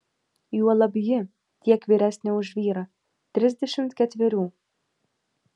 juolab ji tiek vyresnė už vyrą trisdešimt ketverių